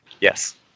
yes